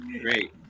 Great